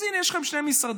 אז הינה, יש לכם שני משרדים.